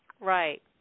right